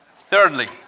Thirdly